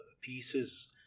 pieces